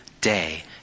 day